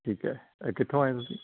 ਠੀਕ ਹੈ ਇਹ ਕਿੱਥੋਂ ਆਏ ਤੁਸੀਂ